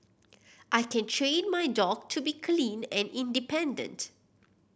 I can train my dog to be clean and independent